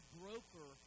broker